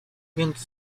więc